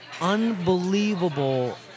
unbelievable